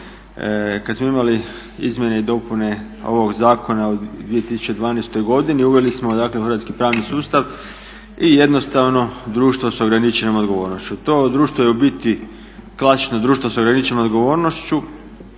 Kada smo imali izmjene i dopune ovog zakona u 2012. godini uveli smo dakle u hrvatski pravni sustav i jednostavno društvo sa ograničenom odgovornošću. To društvo je u biti klasično društvo sa ograničenom odgovornošću